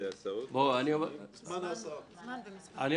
כולנו